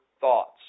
thoughts